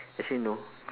actually no